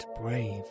brave